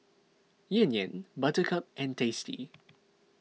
Yan Yan Buttercup and Tasty